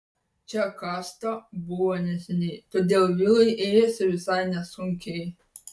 čia kasta buvo neseniai todėl vilui ėjosi visai nesunkiai